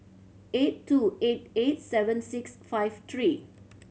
eight two eight eight seven six five three